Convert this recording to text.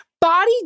body